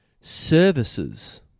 Services